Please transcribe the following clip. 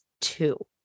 two